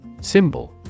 Symbol